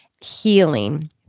healing